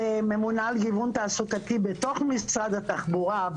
כממונה על גיוון תעסוקתי בתוך משרד התחבורה,